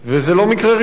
זו שיטה.